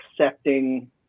accepting